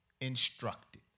instructed